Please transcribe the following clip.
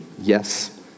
yes